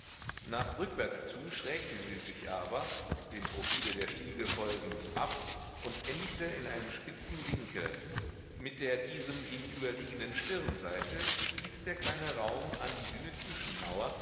nach rückwärts zu schrägte sie sich aber dem profile der stiege folgend ab und endigte in einem spitzen winkel mit der diesem gegenüberliegenden stirnseite stieß der kleine raum an die dünne